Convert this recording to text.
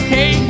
Hey